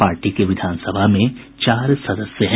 party के विधान सभा में चार सदस्य हैं